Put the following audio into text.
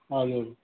हजुर